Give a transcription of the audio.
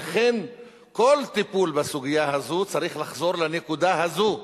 לכן כל טיפול בסוגיה הזאת צריך לחזור לנקודה הזאת,